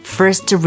first